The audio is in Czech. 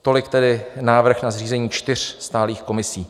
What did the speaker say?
Tolik tedy návrh na zřízení čtyř stálých komisí.